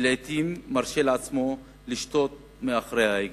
כשלעתים הוא מרשה לעצמו לשתות מאחורי ההגה,